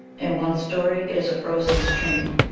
in one story it is a frozen stream,